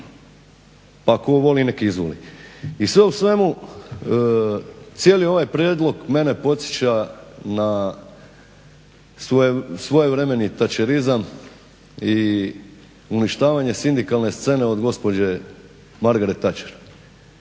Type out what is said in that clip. pa tko voli nek' izvoli. I sve u svemu cijeli ovaj prijedlog mene podsjeća na svojevremeni tačerizam i uništavanje sindikalne scene od gospođe Margaret Thacher.